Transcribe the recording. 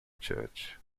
church